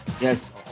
Yes